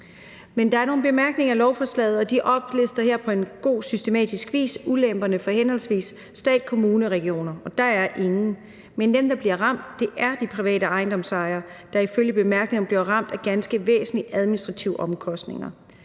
Men der er nogle bemærkninger i lovforslaget, og de oplister her på en god og systematisk vis ulemperne for henholdsvis stat, kommuner og regioner – og der er ingen. Men dem, der bliver ramt, er de private ejendomsejere, der ifølge bemærkningerne bliver ramt af ganske væsentlige administrative omkostninger.